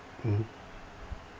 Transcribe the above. mm